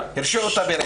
הרשיעו אותה ברצח.